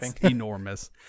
enormous